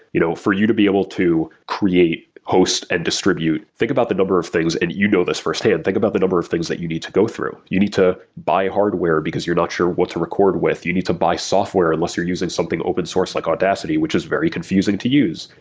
you know for you to be able to create host and distribute, think about the number of things, and you know this firsthand, think about the number of things that you need to go through. you need to buy hardware, because you're not sure what to record with. you need to buy software, unless you're using something open source, like audacity, which is very confusing to use.